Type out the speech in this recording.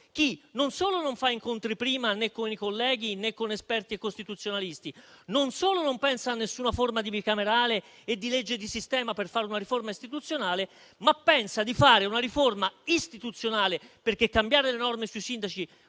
chi, non solo non fa incontri prima né con i colleghi, né con esperti e costituzionalisti, non solo non pensa a nessuna forma di Commissione bicamerale e di legge di sistema per fare una riforma istituzionale, ma pensa di fare una riforma istituzionale (perché cambiare le norme sui sindaci